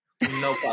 no